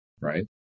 right